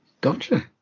Gotcha